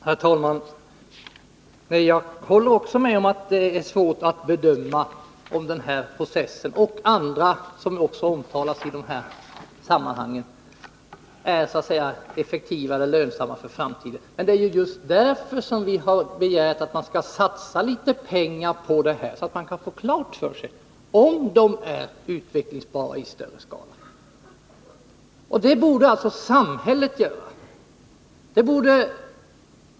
Herr talman! Jag håller också med om att det är svårt att bedöma om denna process och andra processer som omtalas i dessa sammanhang är så att säga effektiva och lönsamma för framtiden. Det är ju just därför som vi har begärt att man skall satsa litet pengar, så att man får klart för sig om processerna är utvecklingsbara i större skala. Det borde alltså staten göra.